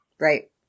Right